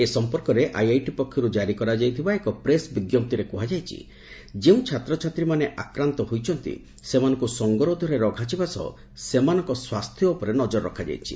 ଏ ସଂପର୍କରେ ଆଇଆଇଟି ପକ୍ଷର୍ ଜାରି କରାଯାଇଥିବା ଏକ ପ୍ରେସ୍ ବି ଛାତ୍ରଛାତ୍ରୀମାନେ ଆକ୍ରାନ୍ତ ହୋଇଛନ୍ତି ସେମାନଙ୍ଙୁ ସଙ୍ଗରୋଧରେ ରଖାଯିବା ସହ ସେମାନଙ୍କ ସ୍ୱାସ୍ଥ୍ୟ ଉପରେ ନଜର ରଖାଯାଇଛି